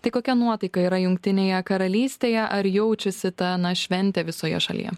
tai kokia nuotaika yra jungtinėje karalystėje ar jaučiasi ta na šventė visoje šalyje